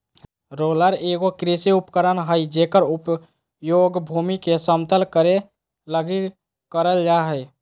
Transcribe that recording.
roller एगो कृषि उपकरण हइ जेकर उपयोग भूमि के समतल करे लगी करल जा हइ